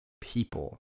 people